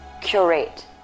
curate